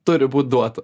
turi būt duota